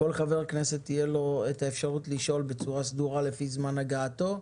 לכל חבר כנסת תהיה אפשרות לשאול בצורה סדורה לפי זמן הגעתו,